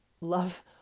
Love